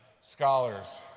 scholars